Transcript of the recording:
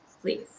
please